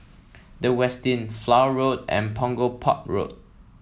The Westin Flower Road and Punggol Port Road